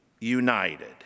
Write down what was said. united